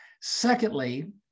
Secondly